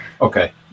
Okay